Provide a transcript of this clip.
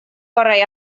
gorau